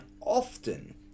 often